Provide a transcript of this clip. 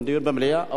דיון במליאה.